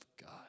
God